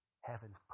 Heaven's